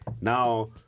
now